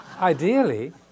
Ideally